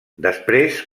després